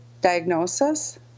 diagnosis